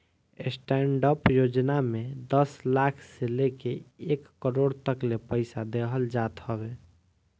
stand up योजना में दस लाख से लेके एक करोड़ तकले पईसा देहल जात हवे